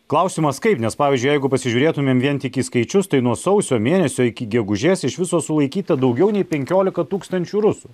klausimas kaip nes pavyzdžiui jeigu pasižiūrėtumėm vien tik į skaičius tai nuo sausio mėnesio iki gegužės iš viso sulaikyta daugiau nei penkiolika tūkstančių rusų